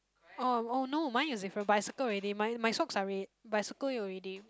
oh oh no mine is different but I circle already my my socks are red but I circle it already